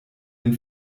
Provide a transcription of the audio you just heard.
den